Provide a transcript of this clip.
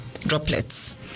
droplets